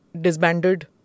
Disbanded